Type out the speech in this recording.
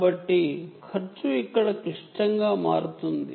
కాబట్టి ఖర్చు ఇక్కడ క్లిష్టంగా మారుతుంది